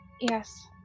Yes